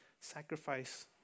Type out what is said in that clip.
sacrifice